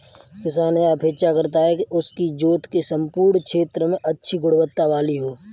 किसान यह अपेक्षा करता है कि उसकी जोत के सम्पूर्ण क्षेत्र में अच्छी गुणवत्ता वाली हो